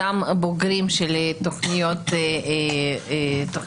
אותם בוגרים של תכנית נעל"ה.